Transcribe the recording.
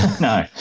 No